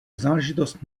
záležitost